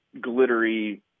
glittery